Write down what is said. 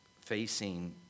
facing